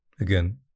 Again